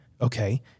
okay